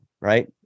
right